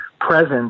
presence